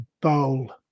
bowl